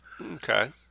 Okay